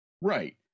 Right